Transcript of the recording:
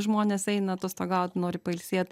žmonės eina atostogaut nori pailsėt